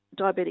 diabetic